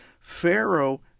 Pharaoh